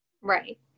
Right